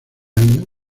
año